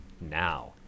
now